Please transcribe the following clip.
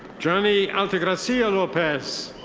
journey altagracia lopez.